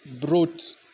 brought